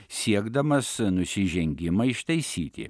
siekdamas nusižengimą ištaisyti